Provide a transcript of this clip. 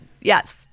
Yes